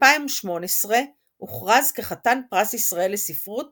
2018 הוכרז כחתן פרס ישראל לספרות